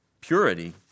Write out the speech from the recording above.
purity